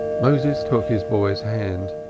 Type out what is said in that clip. moses took his boy's hand.